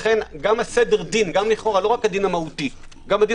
לכן לא רק הדין המהותי; גם הדין